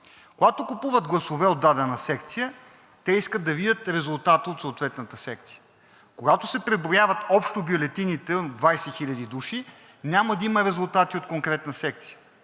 Когато купуват гласове от дадена секция, те искат да видят резултата от съответната секция. Когато се преброяват общо бюлетините от 20 хил. души, няма да има резултати от конкретна секция.